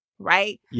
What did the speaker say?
right